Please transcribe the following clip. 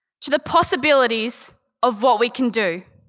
to the possibilities of what we can do?